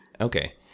Okay